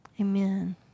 Amen